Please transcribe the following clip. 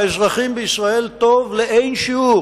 בחלק מסדר העדיפויות הזה, לא יכולים לעמוד.